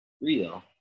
real